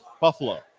Buffalo